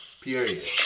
period